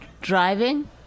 Driving